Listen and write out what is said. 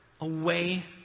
away